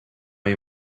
you